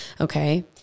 okay